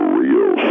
real